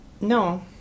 No